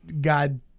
God